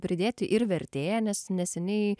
pridėti ir vertėja nes neseniai